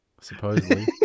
supposedly